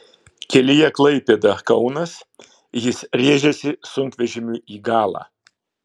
kelyje klaipėda kaunas jis rėžėsi sunkvežimiui į galą